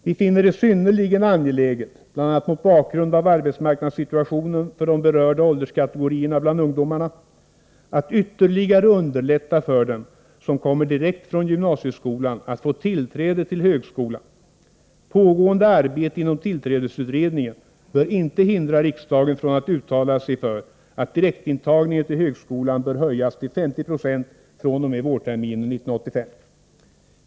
Vi finner det synnerligen angeläget — bl.a. mot bakgrund av arbetsmarknadssituationen för berörda ålderskategorier ungdomar — att ytterligare underlätta för dem som kommer direkt från gymnasieskolan att få tillträde till högskolan. Pågående arbete inom tillträdesutredningen bör inte hindra riksdagen från att uttala sig för, att direktintagningen till högskolan bör höjas till 50 96 fr.o.m. vårterminen 1985.